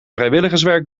vrijwilligerswerk